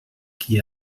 qui